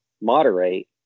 moderate